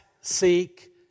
seek